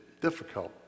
difficult